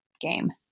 game